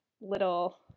little